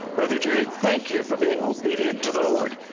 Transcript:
brother jerry, thank you for being obedient to the lord.